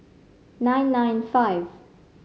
nine nine five